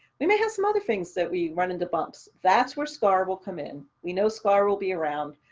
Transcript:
we may have some other things that we run into bumps, that's where scar will come in. we know scar will be around.